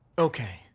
okay.